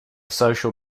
social